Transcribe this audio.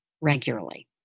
regularly